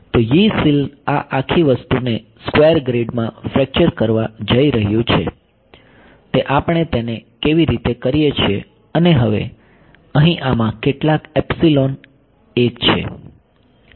તો Yee cell આ આખી વસ્તુને સ્ક્વેર ગ્રીડ માં ફ્રેક્ચર કરવા જઈ રહ્યું છે તે આપણે તેને કેવી રીતે કરીએ છીએ અને હવે અહીં આમાં કેટલાક એપ્સીલોન 1 છે